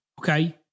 okay